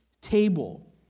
table